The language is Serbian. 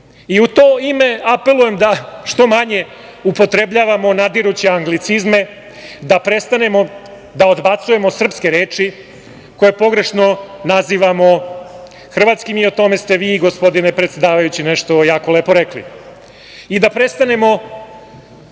U to ime apelujem da što manje upotrebljavamo nadiruće anglicizme, da prestanemo da odbacujemo srpske reči koje pogrešno nazivamo hrvatskim. O tome ste vi, gospodine predsedavajući, nešto jako lepo rekli - da prestanemo